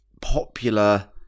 popular